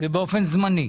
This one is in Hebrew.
ובאופן זמני.